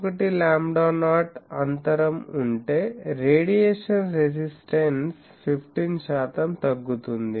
1 lambda naught అంతరం ఉంటే radiation resistance 15 శాతం తగ్గుతుంది